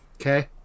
okay